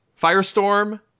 Firestorm